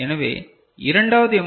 எனவே இரண்டாவது எம்